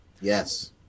yes